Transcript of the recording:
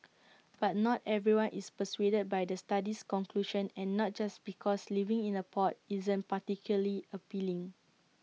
but not everyone is persuaded by the study's conclusion and not just because living in A pod isn't particularly appealing